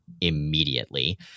immediately